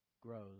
grows